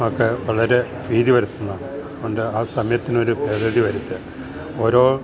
ഒക്കെ വളരെ ഭീതി പരത്ത്ന്നതാണ് അതോണ്ട് ആ സമയത്തിനൊരു ഭേതഗതി വര്ത്താ ഓരോ